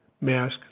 mask